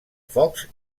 fox